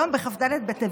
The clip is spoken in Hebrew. היום, בכ"ד בטבת,